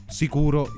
sicuro